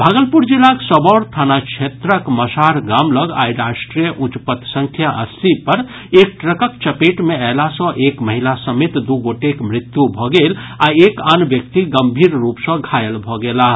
भागलपुर जिलाक सबौर थाना क्षेत्रक मसाढ़ गाम लग आइ राष्ट्रीय उच्च पथ संख्या अस्सी पर एक ट्रकक चपेट मे अयला सँ एक महिला समेत दू गोटेक मृत्यु भऽ गेल आ एक आज व्यक्ति गंभीर रुप सँ घायल भऽ गेलाह